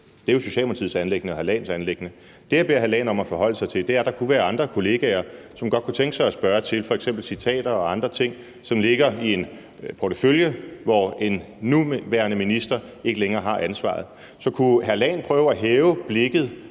det er jo Socialdemokratiets anliggende og hr. Leif Lahn Jensens anliggende – så vil jeg bede hr. Leif Lahn Jensen om at forholde sig til, at der kunne være andre kollegaer, som godt kunne tænke sig at spørge til f.eks. citater og andre ting, som ligger i en portefølje, hvor en nuværende minister ikke længere har ansvaret. Så kunne hr. Leif Lahn Jensen prøve at hæve blikket